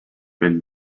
been